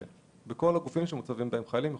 כן, בכל הגופים החוץ-צה"ליים שבהם משרתים חיילים.